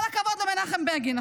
כל הכבוד למנחם בגין.